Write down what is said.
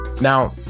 Now